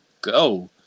go